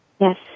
Yes